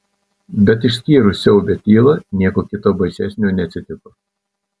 bet išskyrus siaubią tylą nieko kita baisesnio neatsitiko